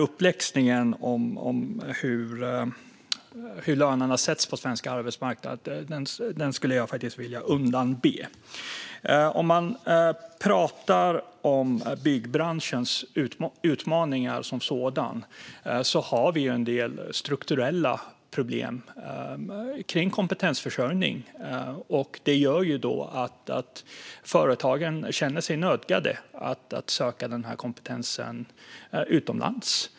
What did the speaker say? Uppläxningen om hur lönerna sätts på svensk arbetsmarknad skulle jag vilja undanbe mig. När det gäller byggbranschens utmaningar har vi en del strukturella problem kring kompetensförsörjning. Detta gör att företagen känner sig nödgade att söka kompetens utomlands.